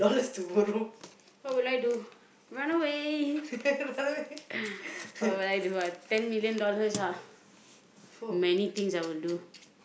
what would I do run away oh what I do ah ten million dollars ah many things I will do